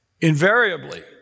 Invariably